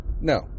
No